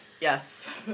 Yes